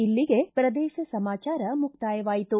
ಇಲ್ಲಿಗೆ ಪ್ರದೇಶ ಸಮಾಚಾರ ಮುಕ್ತಾಯವಾಯಿತು